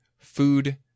Food